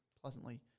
pleasantly